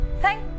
thank